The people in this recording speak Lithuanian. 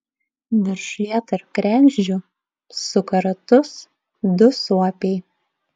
viršuje tarp kregždžių suka ratus du suopiai